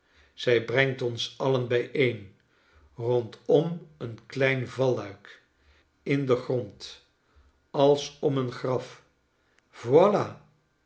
zij brengt ons alien bijeen rondom een klein valluik in den grond als om een graf voila